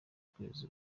ukwezi